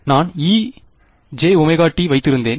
நான் ejωt வைத்தேன்